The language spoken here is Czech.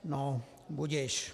No budiž.